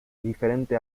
diferente